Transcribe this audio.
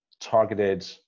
targeted